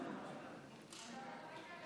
אולי מספיק עם